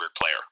player